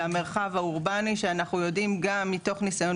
למרחב האורבני שאנחנו יודעים גם מתוך ניסיון